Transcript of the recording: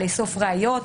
לאסוף ראיות,